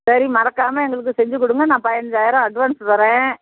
சரி மறக்காமல் எங்களுக்கு செஞ்சுக் கொடுங்க நான் பதினஞ்சாயிரம் அட்வான்ஸு தரேன்